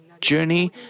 journey